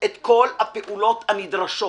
את כל הפעולות הנדרשות